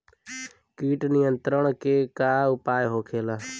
कीट नियंत्रण के का उपाय होखेला?